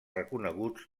reconeguts